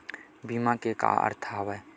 बीमा के का अर्थ हवय?